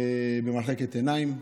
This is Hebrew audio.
במחלקת עיניים.